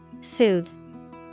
Soothe